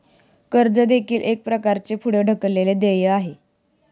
कर्ज देखील एक प्रकारचे पुढे ढकललेले देय आहे